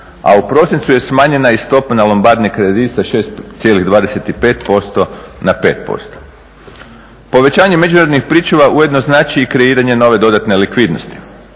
a u prosincu je smanjena i stopa na lombardne kredite 6,25% na 5%. Povećanje međunarodnih pričuva ujedno znači i kreiranje nove dodatne likvidnosti.